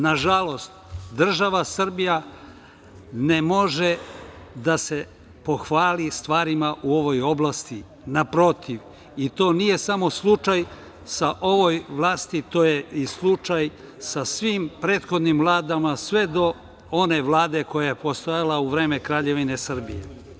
Nažalost, država Srbija ne može da se pohvali stvarima u ovoj oblasti, naprotiv, i to nije samo slučaj sa ovom vlasti, to je i slučaj sa svim prethodnim vladama, sve do one Vlade koja je postojala u vreme Kraljevine Srbije.